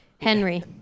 Henry